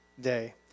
Day